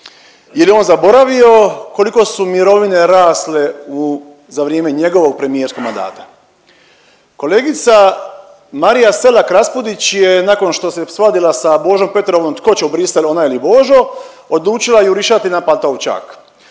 jer je on zaboravio koliko su mirovine rasle u, za vrijeme njegovog premijerskom mandata. Kolegica Marija Selak Raspudić je nakon što se svadila sa Božom Petrovim tko će u Bruxelles ona ili Božo odlučila jurišati na Pantovčak.